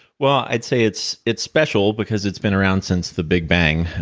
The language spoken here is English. well, i'd say it's it's special because it's been around since the big bang.